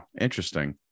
Interesting